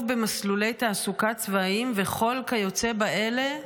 במסלולי תעסוקה צבאיים וכל כיוצא באלה,